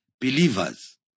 believers